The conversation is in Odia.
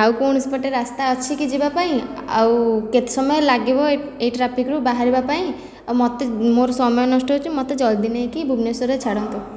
ଆଉ କୌଣସି ପଟେ ରାସ୍ତା ଅଛି କି ଯିବା ପାଇଁ ଆଉ କେତେ ସମୟ ଲାଗିବ ଏଇ ଏଇ ଟ୍ରାଫିକ୍ରୁ ବାହାରିବା ପାଇଁ ଆଉ ମୋତେ ମୋର ସମୟ ନଷ୍ଟ ହେଉଛି ମୋତେ ଜଲ୍ଦି ନେଇକି ଭୁବନେଶ୍ୱରରେ ଛାଡ଼ନ୍ତୁ